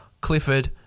Clifford